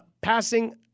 passing